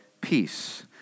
peace